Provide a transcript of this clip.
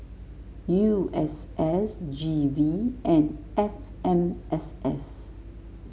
U S S G V and F M S S